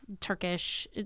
Turkish